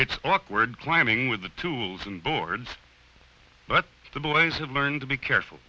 it's awkward climbing with the tools and boards but the boys have learned to be careful